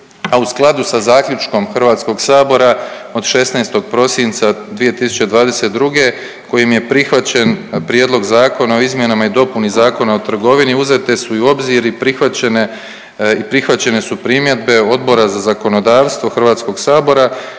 a u skladu sa Zaključkom Hrvatskog sabora od 16. prosinca 2022. kojim je prihvaćen Prijedlog Zakona o izmjenama i dopuni Zakona o trgovini uzete su i u obzir i prihvaćene, i prihvaćene su primjedbe Odbora za zakonodavstvo Hrvatskog sabora